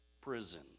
prison